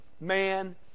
man